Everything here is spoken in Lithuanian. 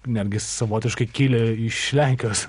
netgi savotiškai kilę iš lenkijos